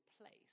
place